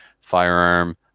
firearm